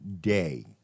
day